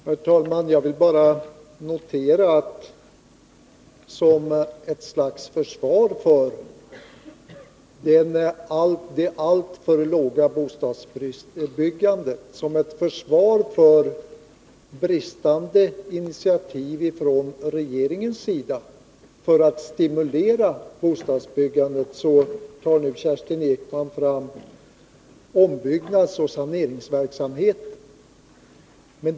Herr talman! Jag vill bara notera att som ett slags försvar för det alltför låga bostadsbyggandet och som ett försvar för bristande initiativ från regeringens sida för att stimulera bostadsbyggandet tar nu Kerstin Ekman fram ombyggnadsoch saneringsverksamheten.